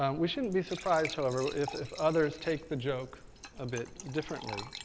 um we shouldn't be surprised, however, if if others take the joke a bit differently.